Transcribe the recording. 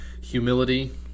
humility